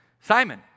Simon